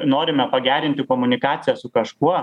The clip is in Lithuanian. norime pagerinti komunikaciją su kažkuo